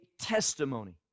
testimony